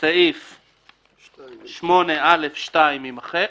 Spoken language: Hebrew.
סעיף 8(א)(2) יימחק.